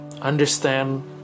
understand